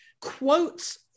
quotes